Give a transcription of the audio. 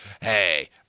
Hey